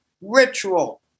ritual